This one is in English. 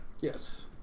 Yes